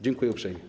Dziękuję uprzejmie.